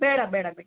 ಬೇಡ ಬೇಡ ಬಿಡಿ